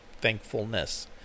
Thankfulness